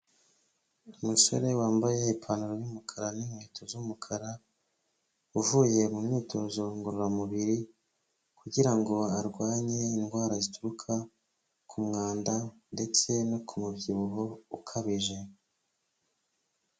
Umusore wambaye ipantaro y'umukara n'inkweto z'umukara, uvuye mu myitozo ngororamubiri kugira ngo arwanye indwara zituruka ku mwanda, ndetse no ku mubyibuho ukabije.